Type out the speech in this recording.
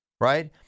right